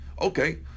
Okay